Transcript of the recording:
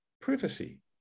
privacy